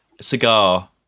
Cigar